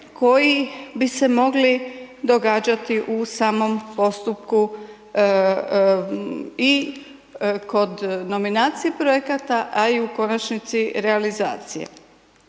koji bi se mogli događati u samom postupku i kod nominacije projekata, a i u konačnici realizacije.